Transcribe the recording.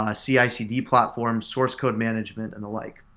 ah cicd platforms, source code management and the like.